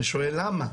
ושואל למה?